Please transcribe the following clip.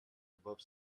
above